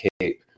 Cape